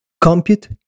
compute